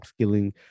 upskilling